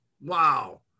Wow